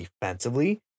defensively